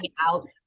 out